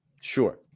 Sure